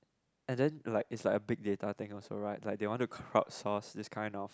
and then like it's like a big data thing also right like they want to crowdsource this kind of